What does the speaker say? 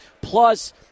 Plus